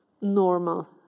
normal